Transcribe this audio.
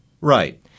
Right